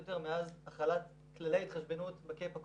יותר מאז החלת כללי התחשבנות בקאפ הקודם.